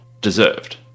deserved